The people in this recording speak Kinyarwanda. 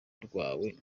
rwawe